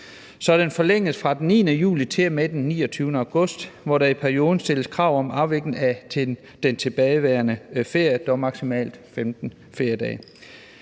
så den forlænges fra den 9. juli til og med den 29. august, hvor der i perioden stilles krav om afvikling af den tilbageværende ferie, dog maksimalt 15 feriedage.